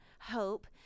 hope